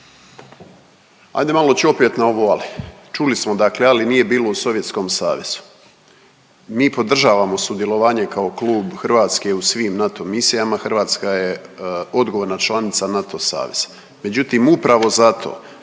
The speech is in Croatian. Ajde malo ću opet na ovo ali, čuli smo dakle ali nije bilo u Sovjetskom savezu, mi podržavamo sudjelovanje kao klub Hrvatske u svim NATO misijama, Hrvatska je odgovorna članica NATO saveza. Međutim, upravo zato